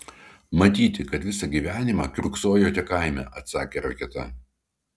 matyti kad visą gyvenimą kiurksojote kaime atsakė raketa